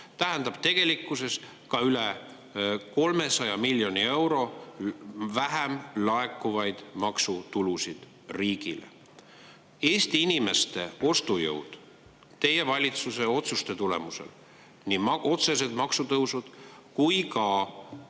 tähendab tegelikkuses ka üle 300 miljoni euro vähem laekuvaid maksutulusid riigile. Eesti inimeste ostujõud teie valitsuse otsuste tulemusel – nii otseste maksutõusude kui ka